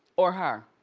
or her,